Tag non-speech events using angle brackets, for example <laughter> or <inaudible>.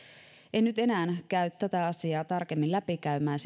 en nyt enää käy tätä asiaa tarkemmin läpikäymään <unintelligible>